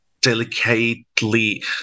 delicately